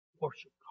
Worship